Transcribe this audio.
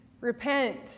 Repent